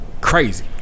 crazy